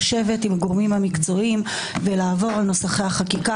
לשבת עם הגורמים המקצועיים ולעבור על נוסחי החקיקה.